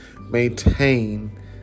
maintain